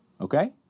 Okay